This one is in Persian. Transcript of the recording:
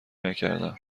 نکردم